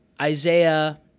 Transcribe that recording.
Isaiah